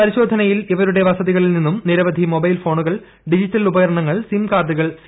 പരിശോധനയിൽ ഇവരുടെ വസതികളിൽ നിന്നും നിരവധി മൊബൈൽ ഫോണുകൾ ഡിജിറ്റൽ ഉപകരണങ്ങൾ സിം കാർഡുകൾ സി